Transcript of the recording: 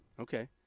Okay